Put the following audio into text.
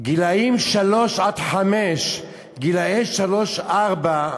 גילאים שלוש חמש, גילאי שלוש ארבע,